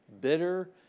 Bitter